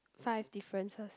five differences